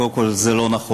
קודם כול, זה לא נכון.